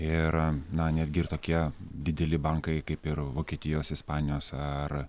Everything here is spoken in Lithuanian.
ir na netgi ir tokie dideli bankai kaip ir vokietijos ispanijos ar